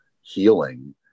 healing